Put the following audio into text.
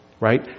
right